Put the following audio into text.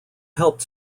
helped